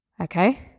Okay